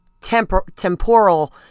temporal